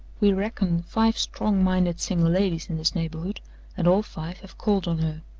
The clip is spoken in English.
we reckon five strong-minded single ladies in this neighborhood and all five have called on her.